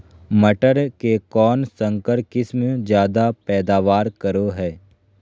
मटर के कौन संकर किस्म जायदा पैदावार करो है?